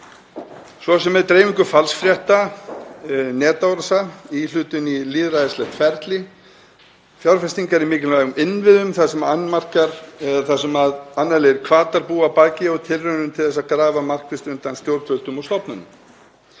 svo sem með dreifingu falsfrétta, netárása, íhlutun í lýðræðislegt ferli, fjárfestingum í mikilvægum innviðum þar sem annarlegir hvatar búa að baki og tilraunum til að grafa markvisst undan stjórnvöldum og stofnunum.